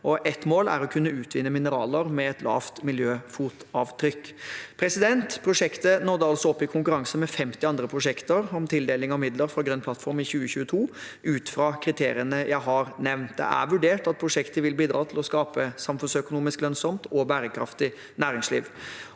Et mål er å kunne utvinne mineraler med et lavt miljøfotavtrykk. Prosjektet nådde opp i konkurranse med 50 andre prosjekter om tildeling av midler fra Grønn plattform i 2022, ut fra kriteriene jeg har nevnt. Det er vurdert at prosjektet vil bidra til å skape et samfunnsøkonomisk lønnsomt og bærekraftig næringsliv.